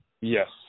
Yes